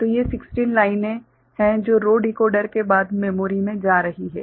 तो ये 16 लाइनें हैं जो रो डिकोडर के बाद मेमोरी में जा रही हैं